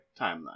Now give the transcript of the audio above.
timeline